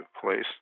place